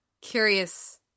curious